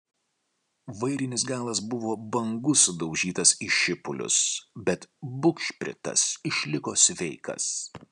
vairinis galas buvo bangų sudaužytas į šipulius bet bugšpritas išliko sveikas